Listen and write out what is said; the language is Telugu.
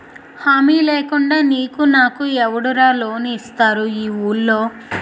హామీ లేకుండా నీకు నాకు ఎవడురా లోన్ ఇస్తారు ఈ వూళ్ళో?